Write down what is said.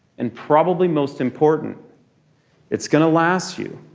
and probably most important it's gonna last you.